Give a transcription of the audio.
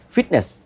Fitness